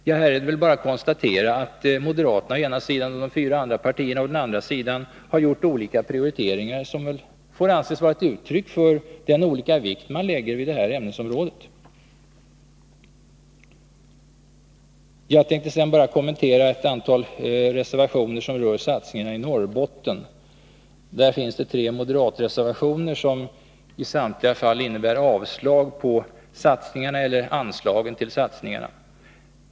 Det är väl bara att konstatera att moderaterna å ena sidan och de fyra andra partierna å den andra här har gjort olika prioriteringar, som väl får anses vara uttryck för den skilda vikt man lägger vid detta ämnesområde. Jag tänkte sedan kommentera ett antal reservationer som rör satsningarna i Norrbotten. Det finns tre moderatreservationer, som i samtliga fall innebär avslag på anslagen till satsningarna.